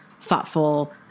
thoughtful